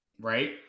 right